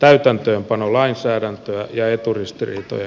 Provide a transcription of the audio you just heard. täytäntöönpanolainsäädäntöä ja eturistiriitojen käsittelyä